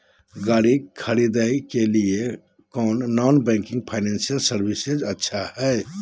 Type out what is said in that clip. गाड़ी खरीदे के लिए कौन नॉन बैंकिंग फाइनेंशियल सर्विसेज अच्छा है?